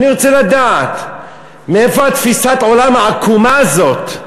אני רוצה לדעת מאיפה תפיסת העולם העקומה הזאת,